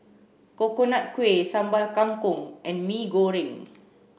Coconut Kuih Sambal Kangkong and Mee Goreng